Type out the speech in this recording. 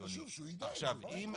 מה הבעיה להוסיף את המשפט הזה?